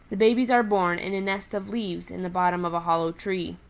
the babies are born in a nest of leaves in the bottom of a hollow tree.